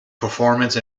performance